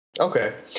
Okay